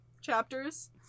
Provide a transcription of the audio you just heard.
Chapters